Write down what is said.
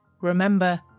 remember